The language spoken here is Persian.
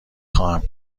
خواهم